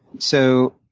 so,